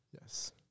Yes